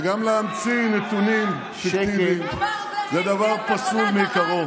וגם להמציא נתונים פיקטיביים זה דבר פסול מעיקרו.